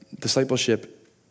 Discipleship